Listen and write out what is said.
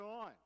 on